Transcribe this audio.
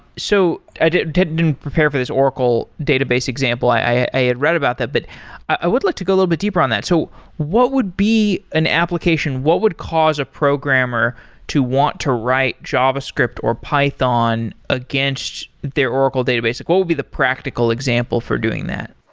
so i didn't didn't prepare for this oracle database example. i i had read about that, but i would like to go a little bit deeper on that. so what would be an application? what would cause a programmer to want to write javascript or python against their oracle database? like what would be the practical example for doing that?